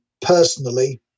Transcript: personally